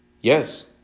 yes